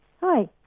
Hi